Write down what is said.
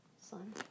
son